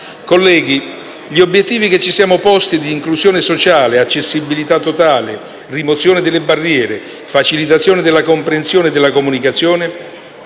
Colleghi, gli obiettivi che ci siamo posti di inclusione sociale, accessibilità totale, rimozione delle barriere, facilitazione della comprensione e della comunicazione